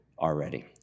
already